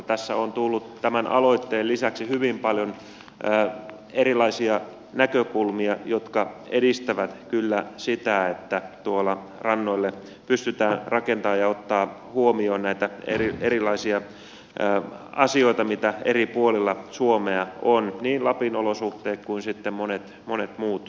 tässä on tullut tämän aloitteen lisäksi hyvin paljon erilaisia näkökulmia jotka edistävät kyllä sitä että rannoille pystytään rakentamaan ja pystytään ottamaan huomioon näitä erilaisia asioita mitä eri puolilla suomea on niin lapin olosuhteet kuin sitten monet muut olosuhteet